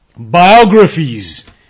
biographies